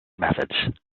methods